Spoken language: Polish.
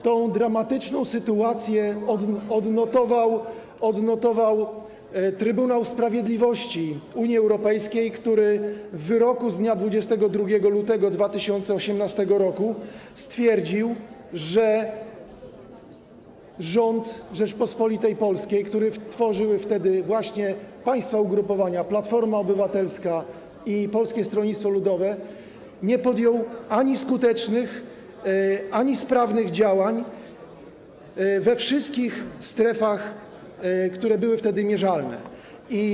Tę dramatyczną sytuację odnotował Trybunał Sprawiedliwości Unii Europejskiej, który w wyroku z dnia 22 lutego 2018 r. stwierdził, że rząd Rzeczypospolitej Polskiej, który tworzyły wtedy właśnie państwa ugrupowania, Platforma Obywatelska i Polskie Stronnictwo Ludowe, nie podjął ani skutecznych, ani sprawnych działań w żadnych strefach, które podlegały wtedy mierzeniu.